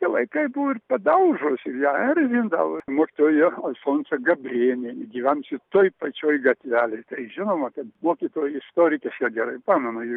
tie vaikai buvo ir padaužos ir ją erzindavo mokytoja alfonsa gabrėnienė gyvenusi toj pačioj gatvelėj tai žinoma kad mokytojų istorikės ją gerai pamena ji